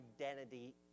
identity